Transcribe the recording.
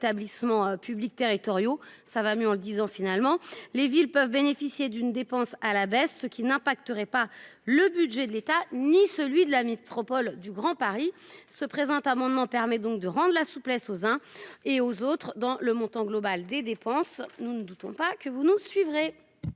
publics territoriaux. Ça va mieux en le disant finalement les villes peuvent bénéficier d'une dépense à la baisse, ce qui n'impacterait pas le budget de l'État ni celui de la mise trop Paul du Grand Paris se présent amendement permet donc de rendre la souplesse aux uns et aux autres dans le montant global des dépenses, nous ne doutons pas que vous nous suivrez.--